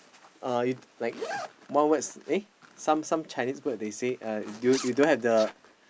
uh if like one words eh some some Chinese words they say uh you you don't have the